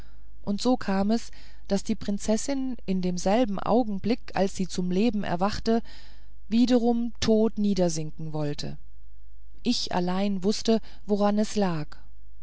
und so kam es daß die prinzessin in demselben augenblick als sie zum leben erwacht wiederum tot niedersinken wollte ich allein wußte woran es lag